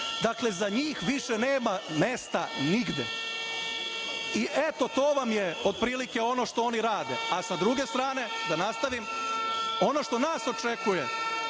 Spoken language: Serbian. Dakle, za njih više nema mesta nigde. Eto, to vam je otprilike ono što oni rade. Sa druge strane, da nastavim, ono što nas očekuje